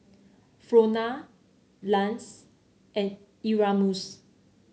Frona Lance and Erasmus